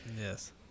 Yes